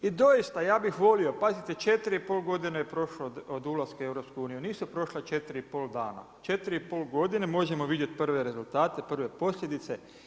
I doista ja bih volio, pazite 4,5 godine je prošlo od ulaska u EU, nisu prošla 4,5 dana, 4,5 godine, možemo vidjeti prve rezultate, prve posljedice.